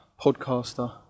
podcaster